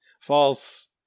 false